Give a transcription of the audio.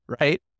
right